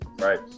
right